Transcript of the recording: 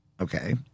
Okay